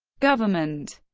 government